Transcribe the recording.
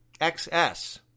XS